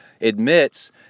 admits